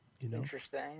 Interesting